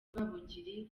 rwabugili